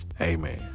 Amen